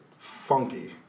Funky